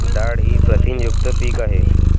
डाळ ही प्रथिनयुक्त पीक आहे